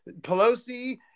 Pelosi